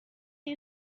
you